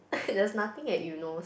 there's nothing at Eunos